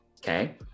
okay